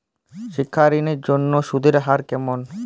শিক্ষা ঋণ এর জন্য সুদের হার কেমন?